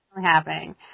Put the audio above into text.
happening